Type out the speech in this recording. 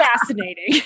fascinating